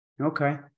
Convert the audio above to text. Okay